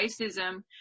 racism